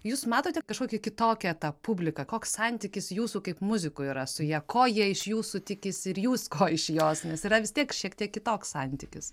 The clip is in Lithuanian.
jūs matote kažkokią kitokią tą publiką koks santykis jūsų kaip muzikų yra su ja ko jie iš jūsų tikisi ir jūs ko iš jos nes yra vis tiek šiek tiek kitoks santykis